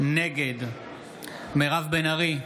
נגד מירב בן ארי,